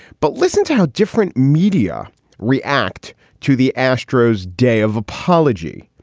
but listen to how different media react to the astros day of apology.